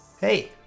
Hey